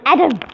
Adam